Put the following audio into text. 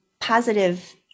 positive